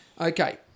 Okay